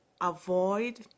avoid